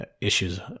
issues